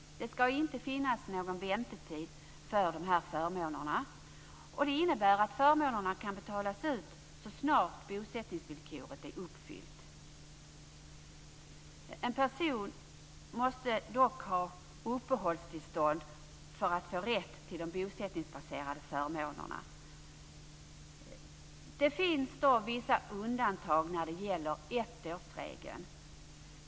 Det ska inte finnas någon väntetid för de här förmånerna, och det innebär att dessa kan betalas ut så snart bosättningsvillkoret är uppfyllt. En person måste dock ha uppehållstillstånd för att ha rätt till de bosättningsbaserade förmånerna. Det finns vissa undantag när det gäller ettårsregeln.